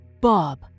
Bob